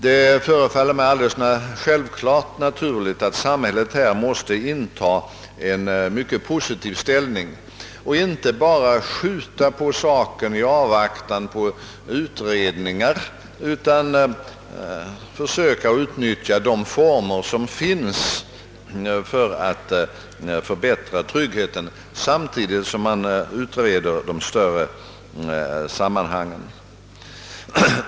Det förefaller mig alldeles självklart att samhället måste intaga en mycket positiv inställning — man får inte bara skjuta på frågan i avvaktan på utredningar utan måste försöka utnyttja de former som finns för att förbättra tryggheten samtidigt som man utreder de större sammanhangen.